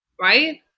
right